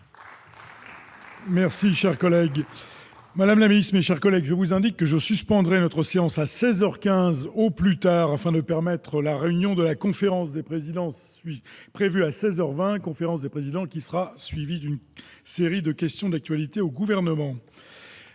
Merci, cher collègue madame la milice, mes chers collègues, je vous indique que je suspendre notre séance à 16 heures 15 au plus tard afin de permettre la réunion de la conférence des présidences celui prévu à 16 heures 20 conférence des présidents, qui sera suivie d'une série de questions d'actualité au gouvernement